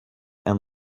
and